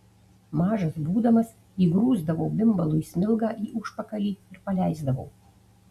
mažas būdamas įgrūsdavau bimbalui smilgą į užpakalį ir paleisdavau